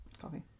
coffee